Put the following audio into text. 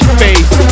face